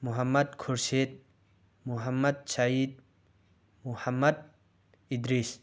Muhammad Khurshid Muhammad Sayed Muhammad Idris